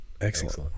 Excellent